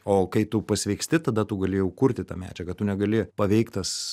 o kai tu pasveiksti tada tu gali jau kurti tą medžiagą tu negali paveiktas